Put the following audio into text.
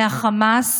מהחמאס